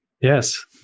yes